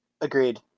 Agreed